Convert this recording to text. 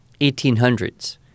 1800s